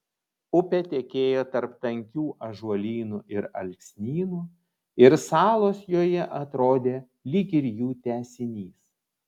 upė tekėjo tarp tankių ąžuolynų ir alksnynų ir salos joje atrodė lyg ir jų tęsinys